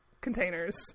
containers